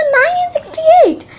1968